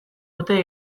urte